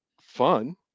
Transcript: fun